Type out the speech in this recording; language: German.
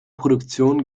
produktion